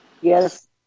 Yes